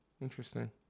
Interesting